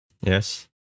yes